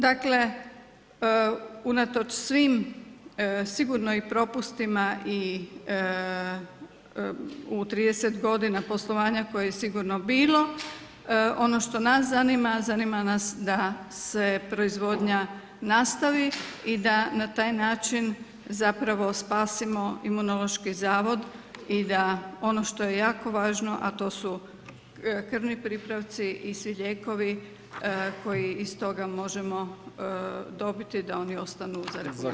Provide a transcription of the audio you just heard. Dakle, unatoč svim sigurnim propustima i u 30 g. poslovanja koje je sigurno bilo, ono što nas zanima, zanima nas da se proizvodnja nastavi i da na taj način, zapravo spasimo Imunološki zavod i da ono što je jako važno a to su krvni pripravci i svi lijekovi koji iz toga onda možemo dobiti da oni ostanu za RH.